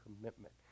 commitment